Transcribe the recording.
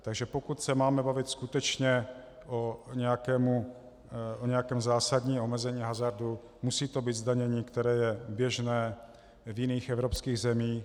Takže pokud se máme bavit skutečně o nějakém zásadním omezení hazardu, musí to být zdanění, které je běžné v jiných evropských zemích.